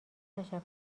تشکر